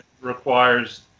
Requires